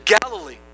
Galilee